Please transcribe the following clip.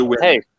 Hey